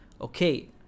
okay